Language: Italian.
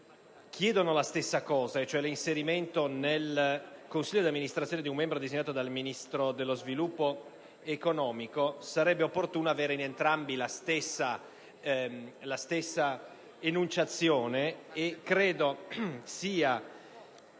chiedono la stessa cosa, e cioè l'inserimento nel Consiglio di amministrazione dell'ASI di un membro designato dal Ministro dello sviluppo economico, sarebbe opportuno avere in entrambi la stessa enunciazione. Credo sia